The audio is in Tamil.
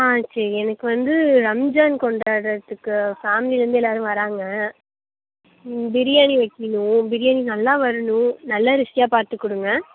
ஆ சரி எனக்கு வந்து ரம்ஜான் கொண்டாடுறதுக்கு ஃபேம்லிலேருந்து எல்லோரும் வராங்க ம் பிரியாணி வைக்கணும் பிரியாணி நல்லா வரணும் நல்ல அரிசியாக பார்த்து கொடுங்க